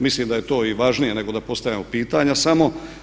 Mislim da je to i važnije nego da postavljamo pitanja samo.